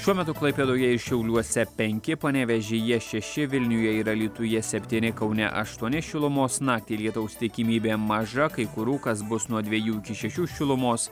šiuo metu klaipėdoje ir šiauliuose penki panevėžyje šeši vilniuje ir alytuje septyni kaune aštuoni šilumos naktį lietaus tikimybė maža kai kur rūkas bus nuo dviejų iki šešių šilumos